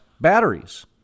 batteries